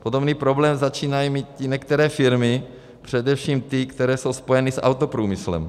Podobný problém začínají mít některé firmy, především ty, které jsou spojeny s autoprůmyslem.